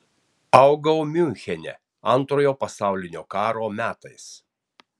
augau miunchene antrojo pasaulinio karo metais